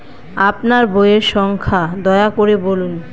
আপনার বইয়ের সংখ্যা দয়া করে বলুন?